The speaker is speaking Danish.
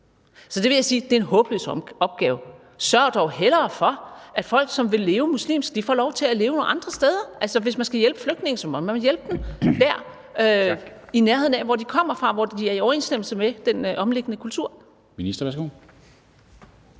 Så det vil jeg sige er en håbløs opgave. Sørg dog hellere for, at folk, der vil leve muslimsk, får lov til at leve nogle andre steder. Altså, hvis man skal hjælpe flygtninge, må man jo hjælpe dem i nærheden af, hvor de kommer fra, hvor de er i overensstemmelse med den omliggende kultur.